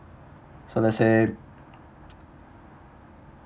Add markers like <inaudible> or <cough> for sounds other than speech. so let's say <noise>